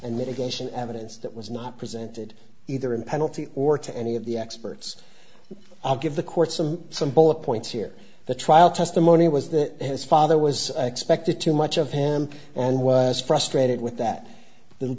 and mitigation evidence that was not presented either in penalty or to any of the experts i'll give the court some some bullet points here the trial testimony was that his father was expected too much of him and was frustrated with that the